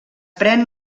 pren